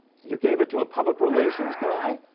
you gave it to a public relations guy?